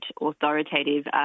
authoritative